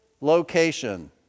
location